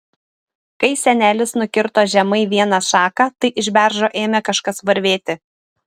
kai senelis nukirto žemai vieną šaką tai iš beržo ėmė kažkas varvėti